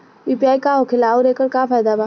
UPI का होखेला आउर एकर का फायदा बा?